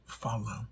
follow